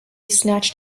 snatched